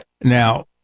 Now